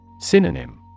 Synonym